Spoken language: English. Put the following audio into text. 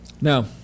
Now